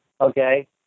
okay